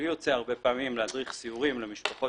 יוצא לי הרבה פעמים להדריך סיורים למשפחות